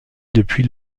depuis